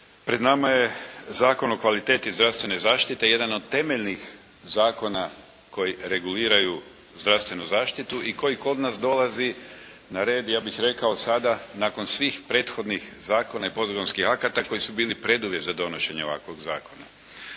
Pred nama je Zakon o kvaliteti zdravstvene zaštite, jedan od temeljnih zakona koji reguliraju zdravstvenu zaštitu i koji kod nas dolazi na red ja bih rekao sada nakon svih prethodnih zakona i podzakonskih akata koji su bili preduvjet za donošenje ovakvog zakona.